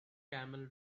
camel